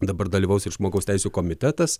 dabar dalyvaus ir žmogaus teisių komitetas